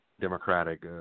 Democratic